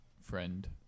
friend